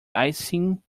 icing